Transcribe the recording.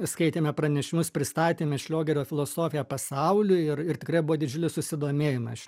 skaitėme pranešimus pristatėme šliogerio filosofiją pasauliui ir ir tikrai buvo didžiulis susidomėjimas